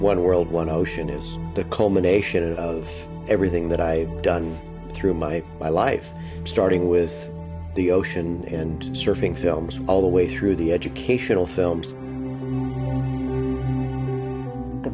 one world one ocean is the culmination of everything that i done through my life starting with the ocean and surfing films all the way through the educational films the